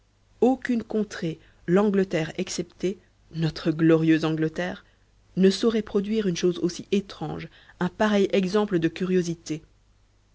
aucune contrée l'angleterre exceptée notre glorieuse angleterre ne saurait produire une chose aussi étrange un pareil exemple de curiosité